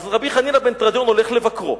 אז רבי חנינא בן תרדיון הולך לבקרו.